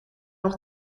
nog